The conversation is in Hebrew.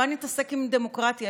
מה נתעסק עם דמוקרטיה,